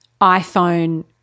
iPhone